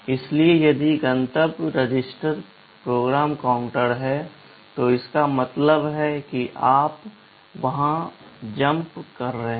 इसलिए यदि गंतव्य रजिस्टर PC है तो इसका मतलब है कि आप वहां जम्प कर रहे हैं